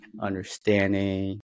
understanding